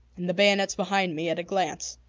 and the bayonets behind me, at a glance.